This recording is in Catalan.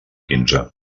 quinze